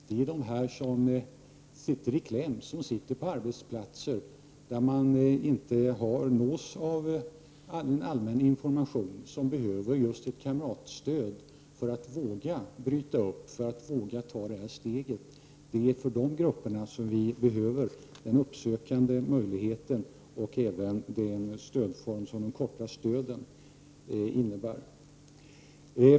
Det gäller de som sitter i kläm och som finns på arbetsplatser där man inte nås av en allmän information, behöver ett kamratstöd för att våga bryta upp och för att våga ta det här steget. För denna grupp behöver vi ha uppsökande möjligheter och den stödform som de korta stöden innebär.